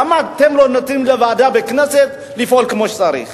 למה אתם לא נותנים לוועדה בכנסת לפעול כמו שצריך?